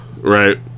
Right